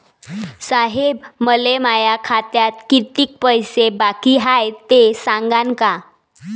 साहेब, मले माया खात्यात कितीक पैसे बाकी हाय, ते सांगान का?